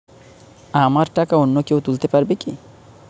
আমার টাকা অন্য কেউ তুলতে পারবে কি?